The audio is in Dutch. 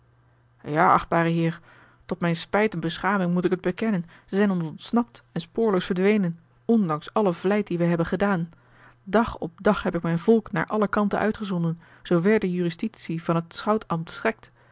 ja achtbare heer tot mijne spijt en beschaming moet ik het bekennen ze zijn ons ontsnapt en spoorloos verdwenen ondanks alle vlijt die wij hebben gedaan dag op dag heb ik mijn volk naar alle kanten uitgezonden zoover de jurisdictie van t schoutambt strekt